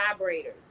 vibrators